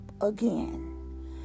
again